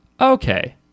Okay